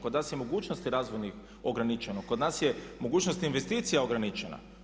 Kod nas je mogućnosti razvojnih ograničeno, kod nas je mogućnost investicija ograničena.